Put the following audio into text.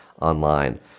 online